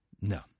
No